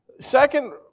Second